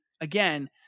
again